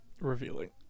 revealing